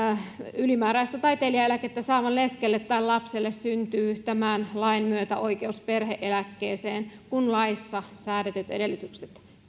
ylimääräistä taiteilijaeläkettä saavan leskelle tai lapselle syntyy tämän lain myötä oikeus perhe eläkkeeseen kun laissa säädetyt edellytykset